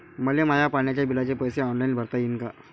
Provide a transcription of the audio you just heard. मले माया पाण्याच्या बिलाचे पैसे ऑनलाईन भरता येईन का?